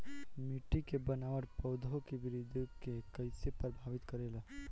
मिट्टी के बनावट पौधों की वृद्धि के कईसे प्रभावित करेला?